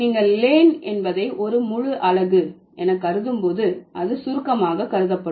நீங்கள் லேன் என்பதை ஒரு முழு அலகு என கருதும் போது அது சுருக்கமாக கருதப்படும்